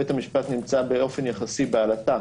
בית המשפט נמצא באופן יחסי בעלטה